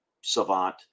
savant